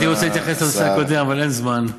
הייתי רוצה להתייחס לנושא הקודם, אבל אין זמן.